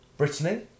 Brittany